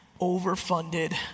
overfunded